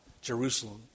Jerusalem